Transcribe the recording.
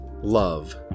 love